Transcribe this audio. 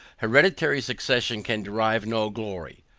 hereditary succession can derive no glory.